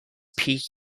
peak